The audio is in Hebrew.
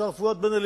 השר פואד בן-אליעזר,